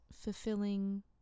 fulfilling